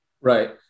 Right